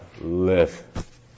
live